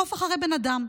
קוף אחרי בן אדם,